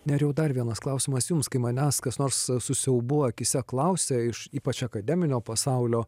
nerijau dar vienas klausimas jums kai manęs kas nors su siaubu akyse klausia iš ypač akademinio pasaulio